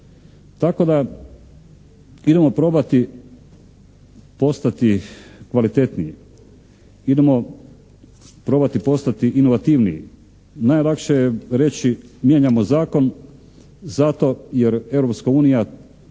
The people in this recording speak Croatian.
Tako da idemo probati postati kvalitetniji, idemo probati postati inovativniji. Najlakše je reći mijenjamo zakon zato jer